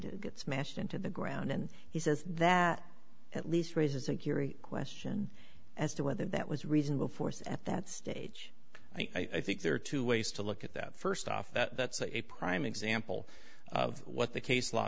to get smashed into the ground and he says that at least raises an curie question as to whether that was reasonable force at that stage i think there are two ways to look at that first off that's a prime example of what the case law